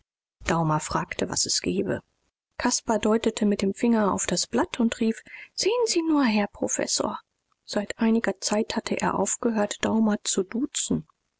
daumer fragte was es gebe caspar deutete mit dem finger auf das blatt und rief sehen sie nur herr professor seit einiger zeit hatte er aufgehört daumer zu duzen